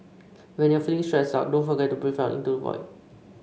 when you are feeling stressed out don't forget to breathe into the void